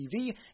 TV